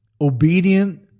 obedient